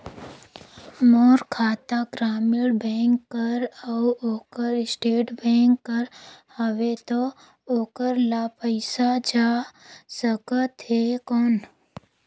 मोर खाता ग्रामीण बैंक कर अउ ओकर स्टेट बैंक कर हावेय तो ओकर ला पइसा जा सकत हे कौन?